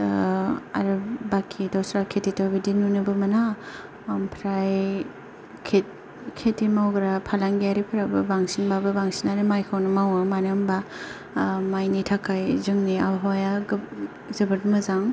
दा आरो बाखि दस्रा खेति थ' बिदि नुनोबो मोना आमफ्राय खेति मावग्रा फालांगिरियारिफोराबो बांसिनबाबो बांसिन माइखौनो मावो मानो होनोबा माइनि थाखाय जोंनि आबहावाया जोबोद मोजां